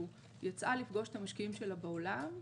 יצאה לפגוש את המשקיעים שלה בעולם,